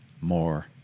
more